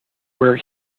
where